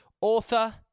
Author